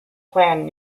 planned